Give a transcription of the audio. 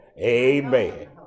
Amen